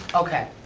okay,